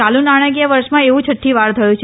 ચાલુ નાણાંકીય વર્ષમાં એવુ છઠ્ઠી વાર થયું છે